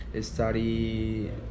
study